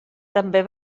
també